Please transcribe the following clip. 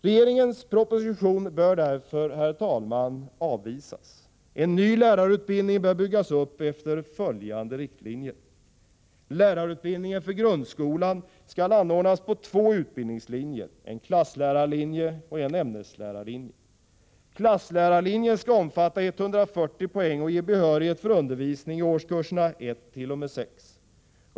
Regeringens proposition bör, herr talman, därför avvisas. En ny lärarut bildning bör byggas upp efter följande riktlinjer. Klasslärarlinjen skall omfatta 140 poäng och ge behörighet för undervisning i årskurserna 1-6.